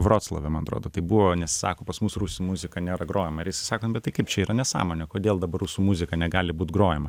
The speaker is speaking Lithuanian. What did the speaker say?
vroclave man atrodo tai buvo nes sako pas mus rusų muzika nėra grojama ir jisai sako bet tai kaip čia yra nesąmonė kodėl dabar rusų muzika negali būt grojama